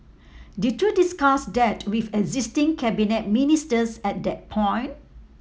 did you discuss that with existing cabinet ministers at that point